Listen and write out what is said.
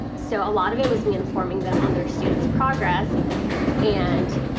so a lot of it was me informing them on their student's progress and,